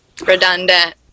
redundant